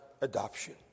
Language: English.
adoption